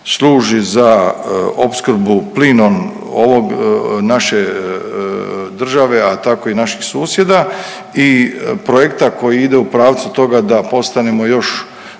služi za opskrbu plinom ovog naše države, a tako i naših susjeda i projekta koji ide u pravcu toga da postanemo još